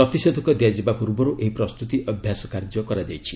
ପ୍ରତିଷେଧକ ଦିଆଯିବା ପୂର୍ବରୁ ଏହି ପ୍ରସ୍ତୁତି ଅଭ୍ୟାସ କାର୍ଯ୍ୟ କରାଯାଇଛି